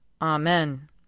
Amen